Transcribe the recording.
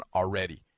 already